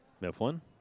Mifflin